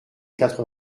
quatre